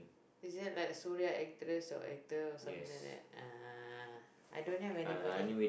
is it like a Suria actress or actor or something like that uh I don't have anybody